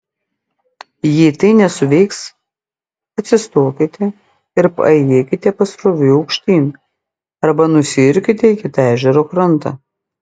jei tai nesuveiks atsistokite ir paėjėkite pasroviui aukštyn arba nusiirkite į kitą ežero krantą